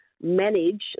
manage